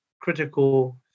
critical